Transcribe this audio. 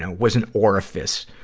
ah was an orifice,